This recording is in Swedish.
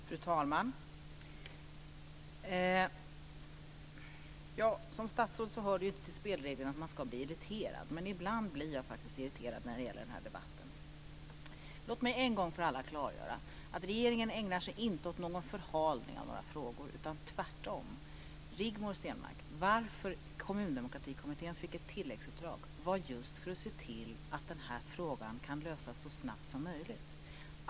Fru talman! Som statsråd hör det ju inte till spelreglerna att man ska bli irriterad, men ibland blir jag faktiskt irriterad när det gäller den här debatten. Låt mig en gång för alla klargöra att regeringen inte ägnar sig åt någon förhalning av några frågor, utan tvärtom. Rigmor Stenmark, anledningen till att Kommundemokratikommittén fick ett tilläggsuppdrag var just för att se till att den här frågan kan lösas så snabbt som möjligt.